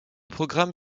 programme